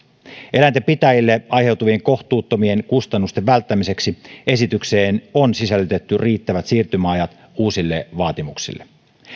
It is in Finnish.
eläintenpitäjille aiheutuvien kohtuuttomien kustannusten välttämiseksi esitykseen on sisällytetty riittävät siirtymäajat uusille vaatimuksille